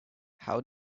how